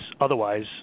otherwise